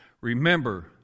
Remember